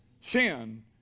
Sin